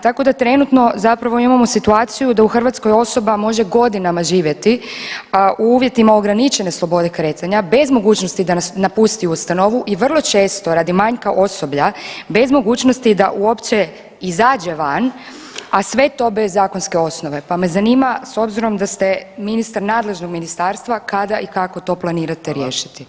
Tako da trenutno zapravo imamo situaciju da u Hrvatskoj osoba može godinama živjeti u uvjetima ograničene slobode kretanja bez mogućnosti da napusti ustanovu i vrlo često zbog manjka osoblja, bez mogućnosti da uopće izađe van, a sve to bez zakonske osnove, pa me zanima s obzirom da ste ministar nadležnog ministarstva kada i kako to planirate riješiti?